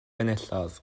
enillodd